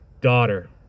daughter